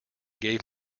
gave